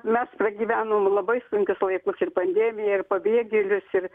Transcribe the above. mes pragyvenom labai sunkius laikus ir pandemiją ir pabėgėlius ir